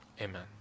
Amen